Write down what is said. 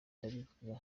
ndabivuga